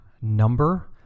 number